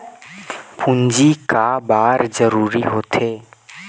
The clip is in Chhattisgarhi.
पूंजी का बार जरूरी हो थे?